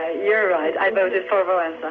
ah you're right, i voted for walesa.